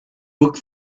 book